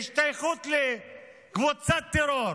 בהשתייכות לקבוצת טרור.